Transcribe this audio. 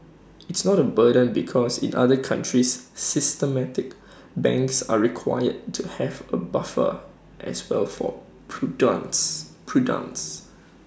it's not A burden because in other countries systemic banks are required to have A buffer as well for prudence prudence